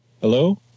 Hello